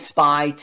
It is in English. Spy